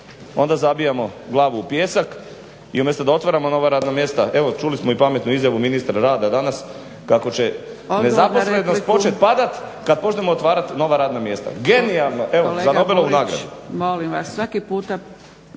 onda zabijamo glavu u pijesak i umjesto da otvaramo nova radna mjesta, evo čuli smo i pametnu izjavu ministra rada danas kako će nezaposlenost početi padati kada počnemo otvarati nova radna mjesta. Genijalno, evo za Nobelovu nagradu.